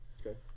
Okay